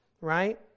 right